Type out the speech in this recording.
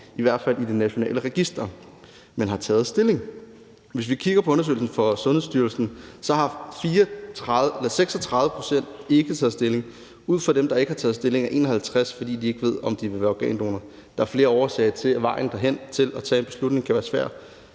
i hvert fald i det nationale register, men at de har taget stilling. Hvis vi kigger på undersøgelsen fra Sundhedsstyrelsen, har 36 pct. ikke taget stilling, og af dem, der ikke har taget stilling, skyldes det for 51 pct. af dem, at de ikke ved, om de vil være organdonorer. Der er flere årsager til, at vejen hen til at tage en beslutning om det kan være svær.